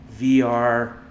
VR